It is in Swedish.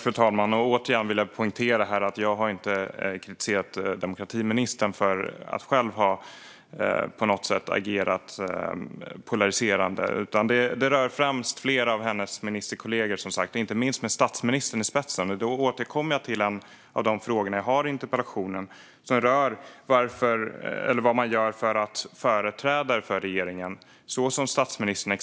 Fru talman! Återigen vill jag poängtera att jag inte har kritiserat demokratiministern för att själv ha agerat polariserande på något sätt. Min kritik rör främst flera av hennes ministerkollegor, med statsministern i spetsen. Jag återkommer till en av frågorna jag ställer i interpellationen, som rör vad man gör för att företrädare för regeringen såsom statsministern